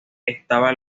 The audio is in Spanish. estaba